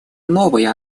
новый